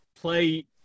play